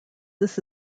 this